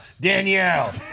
Danielle